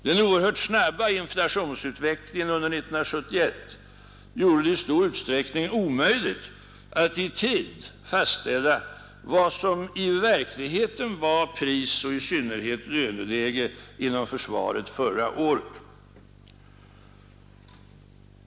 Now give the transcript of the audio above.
Den oerhört snabba inflationsutvecklingen under 1971 gjorde det i stor utsträckning omöjligt att i tid fastställa vad som i verkligheten var prisoch i synnerhet löneläge inom försvaret förra året.